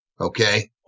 Okay